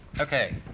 Okay